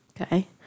Okay